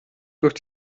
durch